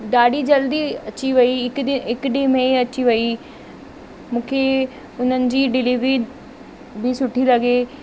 ॾाढी जल्दी अची वई हिकु ॾींहुं हिकु ॾींहं में ई अची वई मूंखे हुननि जी डिलीवरी बि सुठी लॻी